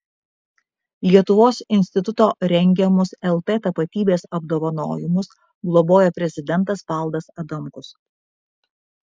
lietuvos instituto rengiamus lt tapatybės apdovanojimus globoja prezidentas valdas adamkus